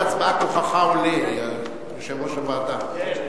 מהצבעה להצבעה כוחך עולה, יושב-ראש הוועדה.